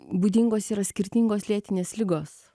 būdingos yra skirtingos lėtinės ligos